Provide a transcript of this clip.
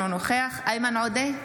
אינו נוכח איימן עודה,